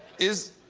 is